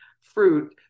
fruit